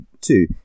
Two